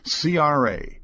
CRA